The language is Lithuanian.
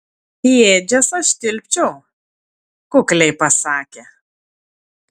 į ėdžias aš tilpčiau kukliai pasakė